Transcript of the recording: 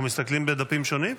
אנחנו מסתכלים בדפים שונים?